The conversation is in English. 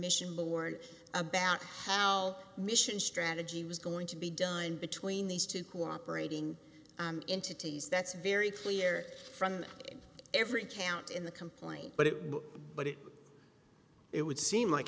mission board about how mission strategy was going to be done between these two cooperating entities that's very clear from every count in the complaint but it but it it would seem like